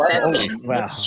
Wow